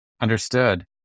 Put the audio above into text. Understood